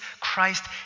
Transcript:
Christ